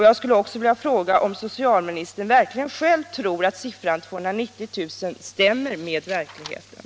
Jag vill också fråga om socialministern verkligen själv tror att sifferuppgiften 290 000 i svaret stämmer med verkligheten.